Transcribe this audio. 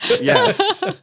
Yes